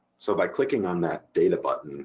so by clicking on that data button